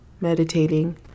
meditating